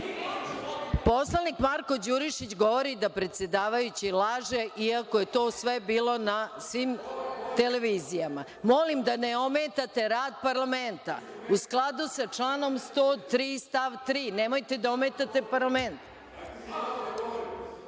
majku?)Poslanik Marko Đurišić govori da predsedavajući laže, iako je to sve bilo na svim televizijama. Molim da ne ometate rad parlamenta, u skladu sa članom 103. stav 3, nemojte da ometate parlament.(Marko